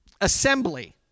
assembly